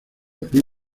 little